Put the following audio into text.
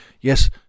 yes